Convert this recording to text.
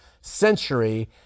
century